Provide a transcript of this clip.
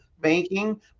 banking